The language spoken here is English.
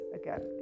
again